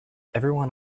everyone